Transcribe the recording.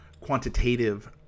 quantitative